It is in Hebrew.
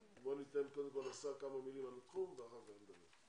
ניתן קודם כל לשר כמה מילים על התחום ואחר כך נדבר.